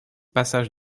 passage